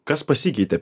kas pasikeitė